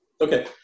Okay